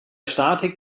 statik